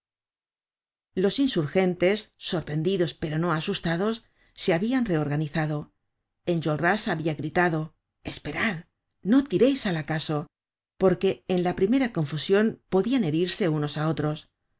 los insurgentes sorprendidos pero no asustados se habian reorganizado enjolras habia gritado esperad no tireis al acaso porque en la primera confusion podian herirse unos á otros la